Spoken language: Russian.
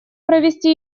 провести